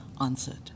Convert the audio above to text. answered